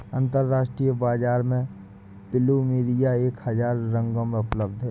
अंतरराष्ट्रीय बाजार में प्लुमेरिया एक हजार रंगों में उपलब्ध हैं